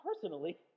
personally